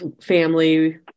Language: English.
family